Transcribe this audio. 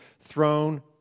throne